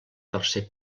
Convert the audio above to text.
tercer